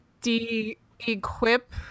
de-equip